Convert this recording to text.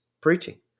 preaching